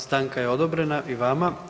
Stanka je odobrena i vama.